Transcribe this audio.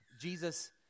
Jesus